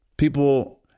People